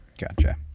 Gotcha